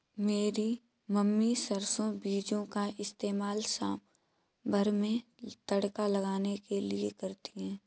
मेरी मम्मी सरसों बीजों का इस्तेमाल सांभर में तड़का लगाने के लिए करती है